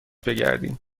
بگردیم